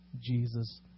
Jesus